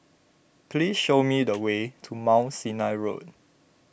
please show me the way to Mount Sinai Road